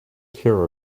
care